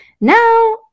now